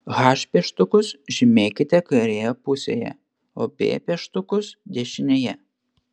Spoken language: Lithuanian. h pieštukus žymėkite kairėje pusėje o b pieštukus dešinėje